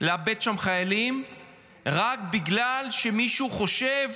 לאבד שם חיילים רק בגלל שמישהו חושב